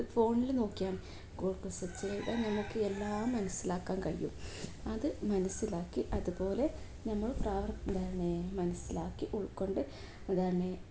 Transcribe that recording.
ഫോണിൽ നോക്കിയാൽ സർച്ച് ചെയ്താൽ നമുക്ക് എല്ലാം മനസ്സിലാക്കാൻ കഴിയും അതു മനസ്സിലാക്കി അതു പോലെ നമ്മൾ പ്രാവർ എന്താണ് മനസ്സിലാക്കി ഉൾക്കൊണ്ട് എന്താണ്